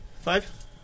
Five